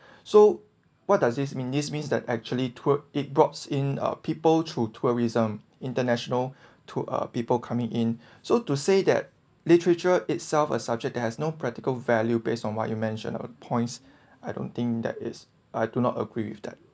so what does this mean this means that actually took it brought in a people through tourism international to uh people coming in so to say that literature itself a subject that has no practical value based on what you mention of points I don't think that is I do not agree with that